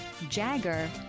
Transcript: Jagger